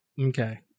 Okay